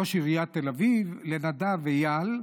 ראש עיריית תל אביב, לנדב אייל,